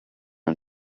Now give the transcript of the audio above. and